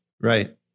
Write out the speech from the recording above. right